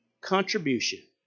contribution